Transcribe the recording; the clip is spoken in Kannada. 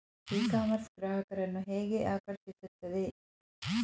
ಇ ಕಾಮರ್ಸ್ ಗ್ರಾಹಕರನ್ನು ಹೇಗೆ ಆಕರ್ಷಿಸುತ್ತದೆ?